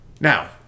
Now